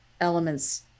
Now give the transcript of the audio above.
elements